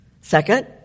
Second